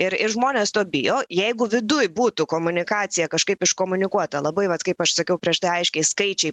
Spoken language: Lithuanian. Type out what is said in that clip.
ir ir žmonės to bijo jeigu viduj būtų komunikacija kažkaip iškomunikuota labai vat kaip aš sakiau prieš tai aiškiai skaičiai